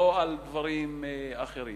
לא על דברים אחרים.